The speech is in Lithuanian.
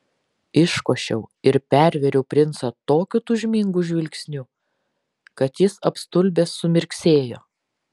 iškošiau ir pervėriau princą tokiu tūžmingu žvilgsniu kad jis apstulbęs sumirksėjo